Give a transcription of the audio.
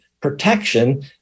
protection